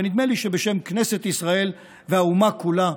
ונדמה לי שבשם כנסת ישראל והאומה כולה,